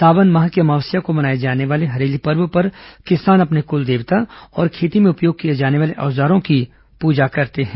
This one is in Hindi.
सावन माह की अमावस्या को मनाए जाने वाले हरेली पर्व पर किसान अपने कुल देवता और खेती में उपयोग किए जाने वाले औजारों की प्रजा करते हैं